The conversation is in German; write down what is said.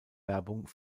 werbung